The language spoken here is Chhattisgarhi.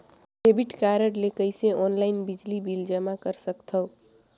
डेबिट कारड ले कइसे ऑनलाइन बिजली बिल जमा कर सकथव?